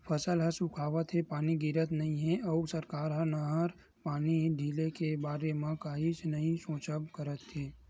फसल ह सुखावत हे, पानी गिरत नइ हे अउ सरकार ह नहर पानी ढिले के बारे म कहीच नइ सोचबच करत हे